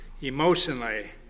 emotionally